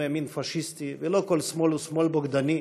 ימין פאשיסטי ולא כל שמאל הוא שמאל בוגדני,